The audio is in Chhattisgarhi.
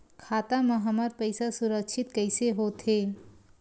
खाता मा हमर पईसा सुरक्षित कइसे हो थे?